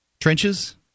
Trenches